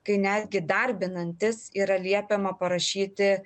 kai netgi darbinantis yra liepiama parašyti